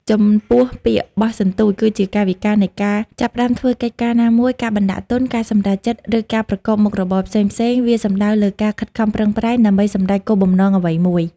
ចំពោះពាក្យ បោះសន្ទូច គឺជាកាយវិការនៃការចាប់ផ្តើមធ្វើកិច្ចការណាមួយ ការបណ្ដាក់ទុន ការសម្រេចចិត្ត ឬការប្រកបមុខរបរផ្សេងៗ វាសំដៅលើការខិតខំប្រឹងប្រែងដើម្បីសម្រេចគោលបំណងអ្វីមួយ។